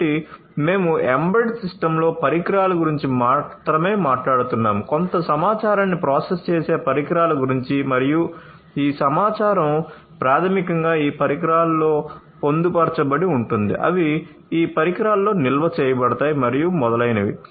కాబట్టి మేము ఎంబెడెడ్ సిస్టమ్స్లో పరికరాల గురించి మాత్రమే మాట్లాడుతున్నాము కొంత సమాచారాన్ని ప్రాసెస్ చేసే పరికరాల గురించి మరియు ఈ సమాచారం ప్రాథమికంగా ఈ పరికరాల్లో పొందుపరచబడి ఉంటుంది అవి ఈ పరికరాల్లో నిల్వ చేయబడతాయి మరియు మొదలైనవి